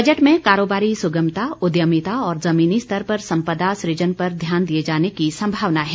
budget में कारोबारी सुगमता उद्यमिता और जमीनी स्तर पर संपदा सुजन पर ध्यान दिये जाने की संभावना है